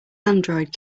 android